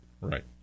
Right